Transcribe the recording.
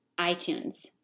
iTunes